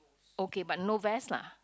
okay but no vest lah